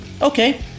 okay